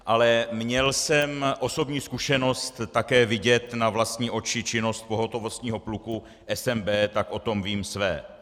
Ale měl jsem osobní zkušenost také vidět na vlastní oči činnost pohotovostního pluku SNB, tak o tom vím své.